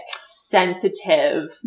sensitive